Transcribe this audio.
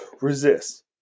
resist